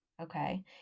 Okay